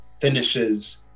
finishes